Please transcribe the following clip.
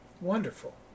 Wonderful